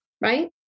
right